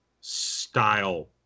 style